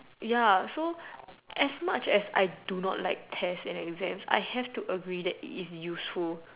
ya so as much as I do not like test and exam I have to agree that it is useful